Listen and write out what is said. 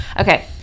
Okay